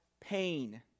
pain